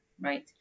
right